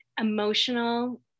emotional